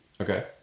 Okay